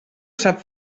sap